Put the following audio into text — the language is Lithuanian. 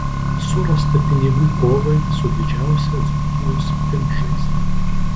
surasta pinigų kovai su didžiausia dzūkijos piktžaizde